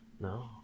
No